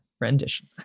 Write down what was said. rendition